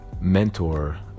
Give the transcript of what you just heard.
mentor